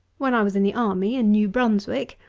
when i was in the army, in new brunswick,